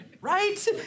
right